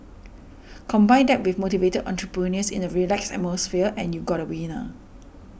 combine that with motivated entrepreneurs in a relaxed atmosphere and you got a winner